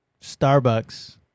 Starbucks